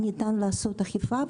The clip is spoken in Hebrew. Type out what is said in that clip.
ניתן לעשות אכיפה,